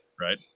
Right